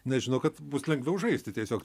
nes žino kad bus lengviau žaisti tiesiog